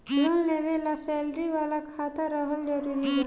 Loan लेवे ला salary वाला खाता रहल जरूरी बा?